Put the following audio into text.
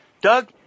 Doug